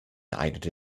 eignete